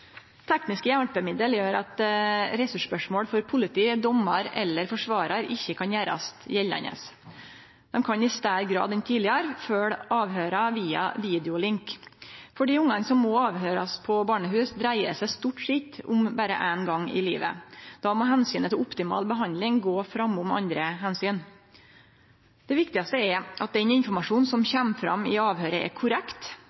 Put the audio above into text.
Tekniske hjelpemiddel gjer at ressursspørsmål for politiet, dommarar eller forsvararar ikkje kan gjerast gjeldande. Dei kan i større grad enn tidlegare følgje avhøyra via videolink. For dei ungane som må avhøyrast på barnehus, dreier det seg stort sett om berre ein gong i livet. Då må omsynet til optimal behandling gå framfor andre omsyn. Det viktigaste er at den informasjonen som kjem fram i avhøyret, er korrekt,